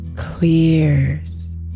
Clears